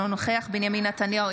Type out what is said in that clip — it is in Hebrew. אינו נוכח בנימין נתניהו,